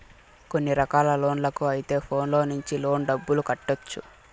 కొన్ని రకాల లోన్లకు అయితే ఫోన్లో నుంచి లోన్ డబ్బులు కట్టొచ్చు